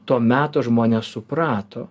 to meto žmonės suprato